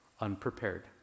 unprepared